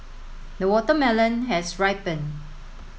the watermelon has ripened